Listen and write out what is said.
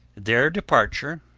their departure,